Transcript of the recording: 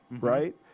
right